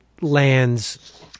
lands